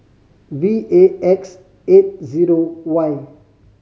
V A X eight zero Y